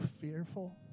fearful